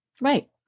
right